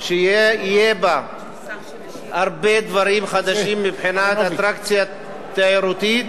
שיהיו בה הרבה דברים חדשים מבחינת אטרקציה תיירותית